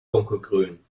dunkelgrün